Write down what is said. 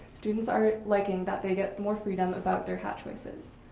students are liking that they get more freedom about their hat choices.